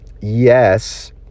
yes